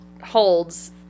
holds